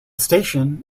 station